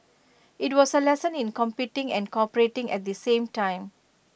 IT was A lesson in competing and cooperating at the same time